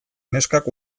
neskak